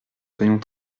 soyons